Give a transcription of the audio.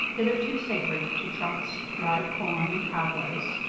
hitherto sacred to trunks, dried corn, and cobwebs.